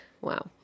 Wow